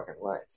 life